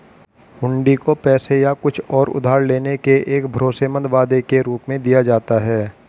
हुंडी को पैसे या कुछ और उधार लेने के एक भरोसेमंद वादे के रूप में दिया जाता है